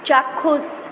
চাক্ষুষ